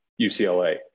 UCLA